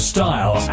Style